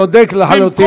צודק לחלוטין.